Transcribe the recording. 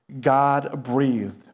God-breathed